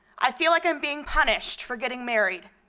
i feel like i'm being punished for getting married.